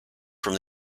from